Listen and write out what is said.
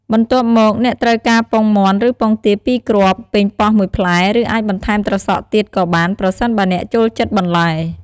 បន្ទាប់មក អ្នកត្រូវការពងមាន់ ឬពងទាពីរគ្រាប់ ប៉េងប៉ោះមួយផ្លែ ឬអាចបន្ថែមត្រសក់ទៀតក៏បាន ប្រសិនបើអ្នកចូលចិត្តបន្លែ។